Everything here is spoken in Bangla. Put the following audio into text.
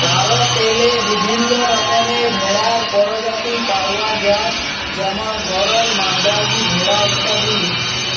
ভারতেল্লে বিভিল্ল্য রকমের ভেড়ার পরজাতি পাউয়া যায় যেমল গরল, মাদ্রাজি ভেড়া ইত্যাদি